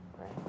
right